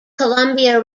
columbia